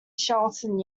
shelton